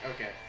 Okay